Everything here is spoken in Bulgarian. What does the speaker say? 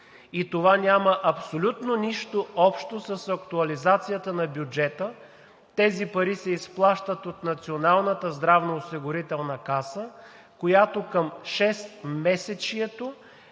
и това няма абсолютно нищо общо с актуализацията на бюджета. Тези пари се изплащат от Националната здравноосигурителна каса, която към шестмесечието